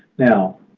now,